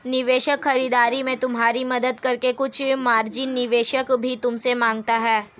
निवेश खरीदारी में तुम्हारी मदद करके कुछ मार्जिन निवेशक भी तुमसे माँगता है